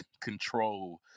Control